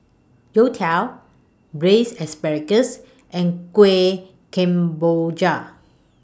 Youtiao Braised Asparagus and Kueh Kemboja